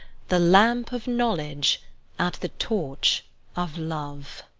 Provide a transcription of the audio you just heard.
the lamp of knowledge at the torch of love!